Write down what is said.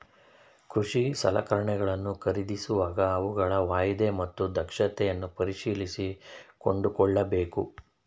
ಕೃಷಿ ಸಲಕರಣೆಗಳನ್ನು ಖರೀದಿಸುವಾಗ ಅವುಗಳ ವಾಯ್ದೆ ಮತ್ತು ದಕ್ಷತೆಯನ್ನು ಪರಿಶೀಲಿಸಿ ಕೊಂಡುಕೊಳ್ಳಬೇಕು